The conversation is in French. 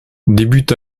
débute